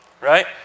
right